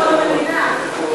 ביטחון המדינה.